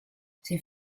ces